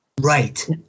right